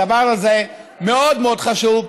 הדבר הזה מאוד מאוד חשוב,